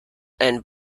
and